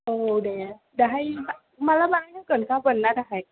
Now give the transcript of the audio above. औ दे दाहाय बा माला बानायनांगोन गाबोन ना दाहाय